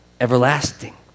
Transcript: Everlasting